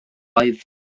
oedd